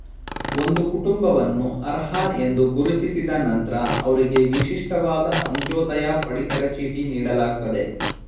ಒಂದು ಕುಟುಂಬವನ್ನು ಅರ್ಹ ಎಂದು ಗುರುತಿಸಿದ ನಂತ್ರ ಅವ್ರಿಗೆ ವಿಶಿಷ್ಟವಾದ ಅಂತ್ಯೋದಯ ಪಡಿತರ ಚೀಟಿ ನೀಡಲಾಗ್ತದೆ